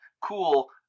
cool